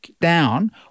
down